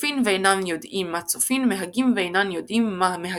"צופין ואינם יודעין מה צופין מהגים ואינן יודעים מה מהגים".